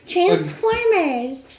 Transformers